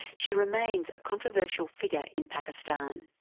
she remains a controversial figure in pakistan.